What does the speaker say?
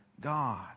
God